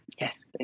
Yes